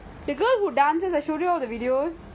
the girl who dances I show you all the videos